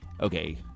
okay